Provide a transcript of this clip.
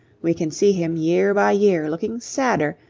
we can see him year by year looking sadder,